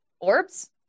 orbs